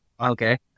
Okay